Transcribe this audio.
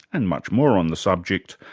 and much more on the subject,